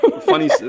funny